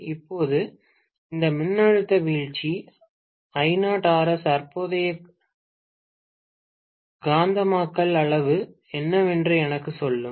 இப்போது இந்த மின்னழுத்த வீழ்ச்சி I0RS தற்போதைய காந்தமயமாக்கல் அளவு என்னவென்று எனக்குச் சொல்லும்